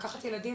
לקחת ילדים